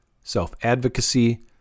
self-advocacy